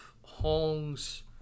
Hong's